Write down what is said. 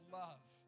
love